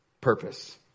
purpose